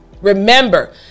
Remember